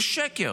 זה שקר.